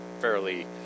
fairly